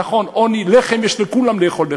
נכון, עוני, לחם, לכולם יש לחם לאכול,